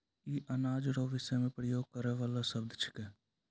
ई अनाज रो विषय मे प्रयोग करै वाला शब्द छिकै